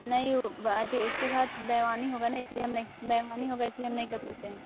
नहीं वो बात ये उसके साथ बेइमानी होगा न इसलिए हम नहीं बेइमानी होगा इसलिए हम नहीं कर सकते हैं